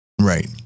right